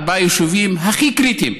ארבעה יישובים הכי קריטיים,